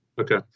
Okay